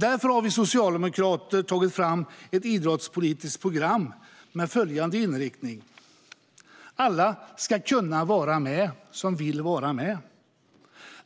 Därför har vi socialdemokrater tagit fram ett idrottspolitiskt program med följande inriktning. Alla som vill vara med ska kunna vara med.